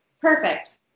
perfect